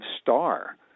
star